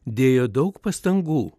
dėjo daug pastangų